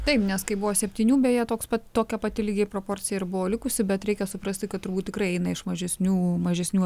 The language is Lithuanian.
taip nes kai buvo septynių beje toks pat tokia pati lygia proporcija ir buvo likusi bet reikia suprasti kad turbūt tikrai eina iš mažesnių mažesnių